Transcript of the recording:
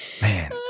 Man